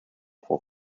for